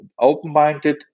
open-minded